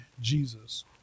Jesus